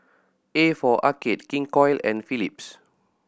a for Arcade King Koil and Philips